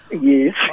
Yes